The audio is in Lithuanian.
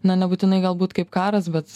na nebūtinai galbūt kaip karas bet